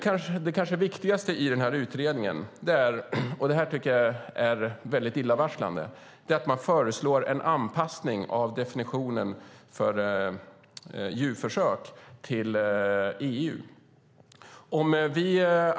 Mycket illavarslande i utredningen är att man föreslår en anpassning av definitionen av djurförsök till EU.